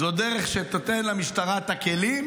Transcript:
זאת דרך שתיתן למשטרה את הכלים,